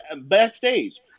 backstage